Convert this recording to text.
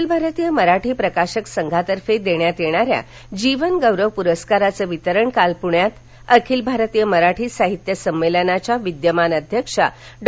अखिल भारतीय मराठी प्रकाशक संघातर्फे देण्यात येणाऱ्या जीवन गौरव प्रस्काराचं वितरण काल पुण्यात अखिल भारतीय मराठी साहित्य संमेलनाच्या विद्यमान अध्यक्षा डॉ